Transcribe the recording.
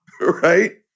right